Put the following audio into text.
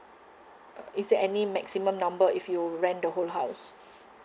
uh is there any maximum number if you rent the whole house